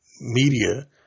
media